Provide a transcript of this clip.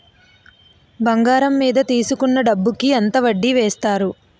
బంగారం మీద తీసుకున్న డబ్బు కి ఎంత వడ్డీ వేస్తారు?